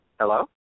Hello